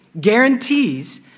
guarantees